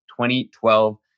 2012